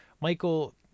Michael